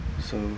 so